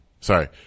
Sorry